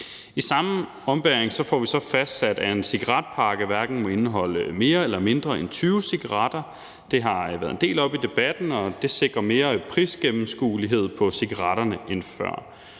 I samme ombæring får vi så fastsat, at en cigaretpakke hverken må indeholde mere eller mindre end 20 cigaretter. Det har været en del oppe i debatten, og det sikrer bedre prisgennemskuelighed på cigaretterne end før.